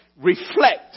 reflect